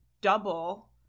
double